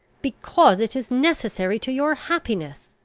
because it is necessary to your happiness!